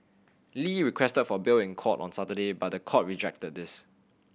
Lee requested for bail in court on Saturday but the court rejected this